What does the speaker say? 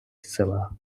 села